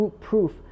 proof